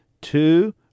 two